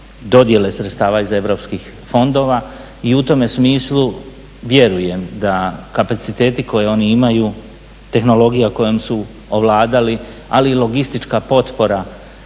dodjele sredstava iz europskih fondova. I u tome smislu vjerujem da kapaciteti koje oni imaju, tehnologija kojom su ovladali ali i logistička potpora